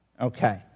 Okay